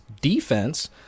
defense